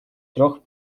трёх